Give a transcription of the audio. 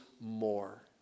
more